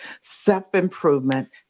self-improvement